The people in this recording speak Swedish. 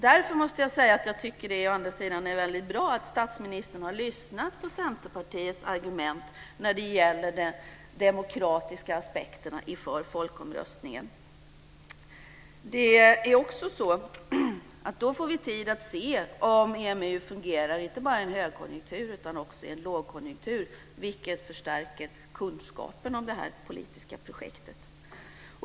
Därför måste jag säga att jag tycker att det är väldigt bra att statsministern har lyssnat på Centerpartiets argument när det gäller de demokratiska aspekterna inför folkomröstningen. Då får vi tid att se om EMU fungerar, inte bara i en högkonjunktur utan också i en lågkonjunktur, vilket förstärker kunskapen om det här politiska projektet.